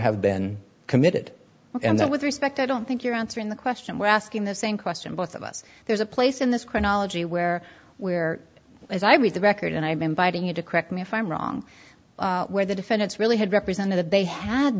have been committed and so with respect i don't think you're answering the question we're asking the same question both of us there's a place in this chronology where where as i read the record and i've been biting it to correct me if i'm wrong where the defendants really had represented that they had